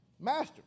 Master